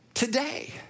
Today